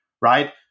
right